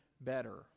better